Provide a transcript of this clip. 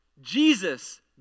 Jesus